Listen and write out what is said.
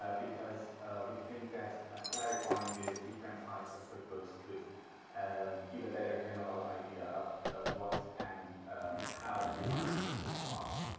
because we think that ah clarifying these different types of cookbooks could and give a better general idea of ah what and how iranian cookbooks are.